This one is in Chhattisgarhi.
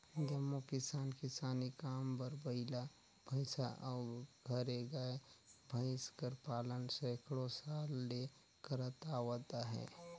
जम्मो किसान किसानी काम बर बइला, भंइसा अउ घरे गाय, भंइस कर पालन सैकड़ों साल ले करत आवत अहें